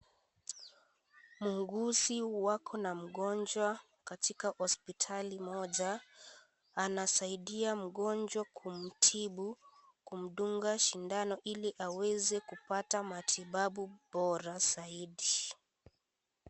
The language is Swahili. Muuguzi wako na mgonjwa katika hospitali moja. Anasaidia mgonjwa kumtibu, kumdunga sindano ili aweze kupata matibabu bora zaidi.